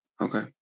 Okay